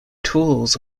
tools